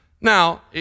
Now